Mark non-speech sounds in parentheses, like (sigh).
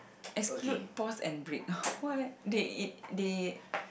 exclude pause and break (breath) what they they